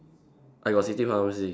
I got city pharmacy